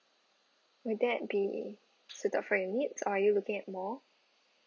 would that be suited for your needs or are you looking at more